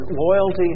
loyalty